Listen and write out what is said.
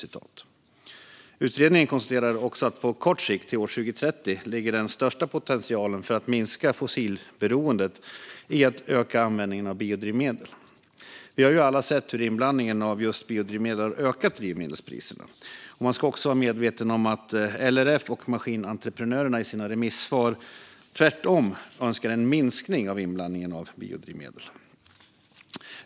I utredningen konstateras också att på kort sikt, till år 2030, ligger den största potentialen för att minska fossilberoendet i att öka användningen av biodrivmedel. Vi har ju alla sett hur inblandningen av just biodrivmedel har ökat drivmedelspriserna. Man ska också vara medveten om att LRF och Maskinentreprenörerna i sina remissvar tvärtom önskar en minskning av inblandningen av biodrivmedel.